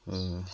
ओ